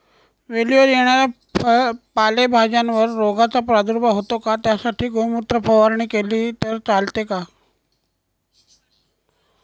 वेलीवर येणाऱ्या पालेभाज्यांवर रोगाचा प्रादुर्भाव होतो का? त्यासाठी गोमूत्र फवारणी केली तर चालते का?